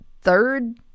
third